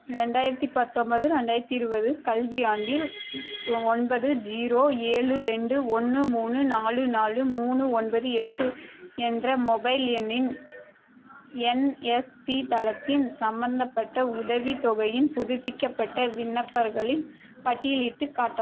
ரெண்டாயிரத்தி பத்தோம்போது ரெண்டாயிரத்தி இருபது கல்வியாண்டில் ஒன்பது ஜீரோ ஏழு ரெண்டு ஒன்று மூணு நாலு நாலு மூணு ஒன்பது எட்டு என்ற மொபைல் எண்ணின் என்எஸ்பி தளத்தின் சம்மந்தப்பட்ட உதவித்தொகையின் புதுப்பிக்கப்பட்ட விண்ணப்பர்களின் பட்டியலிட்டுக் காட்டவும்